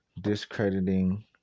discrediting